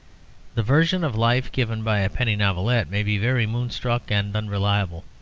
the version of life given by a penny novelette may be very moonstruck and unreliable,